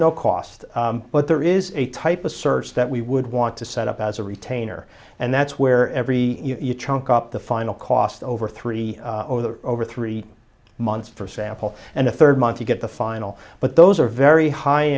no cost but there is a type of search that we would want to set up as a retainer and that's where every you trunk up the final cost over three over three months for sample and the third month you get the final but those are very high